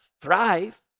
thrive